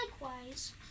likewise